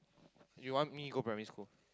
you want me go primary school